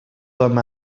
com